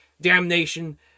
damnation